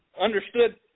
understood